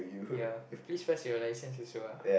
ya please what's your licence as well